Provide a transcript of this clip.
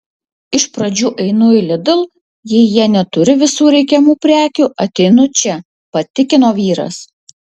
iš pradžių einu į lidl jei jie neturi visų reikiamų prekių ateinu čia patikino vyras